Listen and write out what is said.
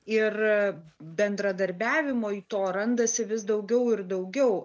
ir bendradarbiavimo į to randasi vis daugiau ir daugiau